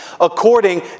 according